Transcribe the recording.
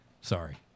Sorry